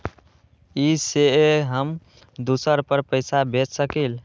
इ सेऐ हम दुसर पर पैसा भेज सकील?